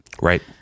Right